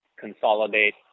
consolidate